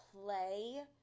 play